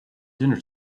dinner